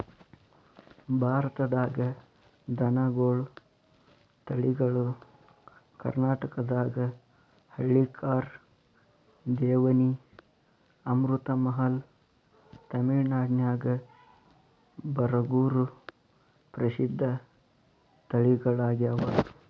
ಭಾರತದಾಗ ದನಗೋಳ ತಳಿಗಳು ಕರ್ನಾಟಕದಾಗ ಹಳ್ಳಿಕಾರ್, ದೇವನಿ, ಅಮೃತಮಹಲ್, ತಮಿಳನಾಡಿನ್ಯಾಗ ಬರಗೂರು ಪ್ರಸಿದ್ಧ ತಳಿಗಳಗ್ಯಾವ